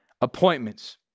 appointments